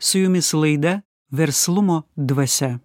su jumis laida verslumo dvasia